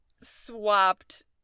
swapped